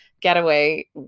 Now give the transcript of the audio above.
getaway